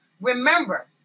Remember